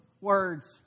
words